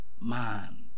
man